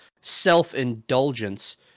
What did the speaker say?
self-indulgence